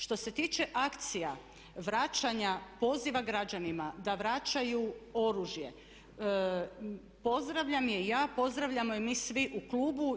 Što se tiče akcija vraćanja, poziva građanima da vraćaju oružje, pozdravljam je i ja, pozdravljamo je mi svi u klubu.